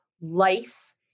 life